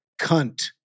Cunt